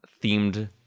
themed